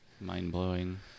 Mind-blowing